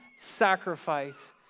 sacrifice